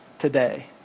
today